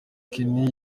kenny